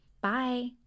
Bye